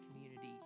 community